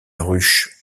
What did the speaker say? ruche